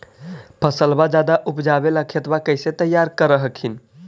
फसलबा ज्यादा उपजाबे ला खेतबा कैसे तैयार कर हखिन?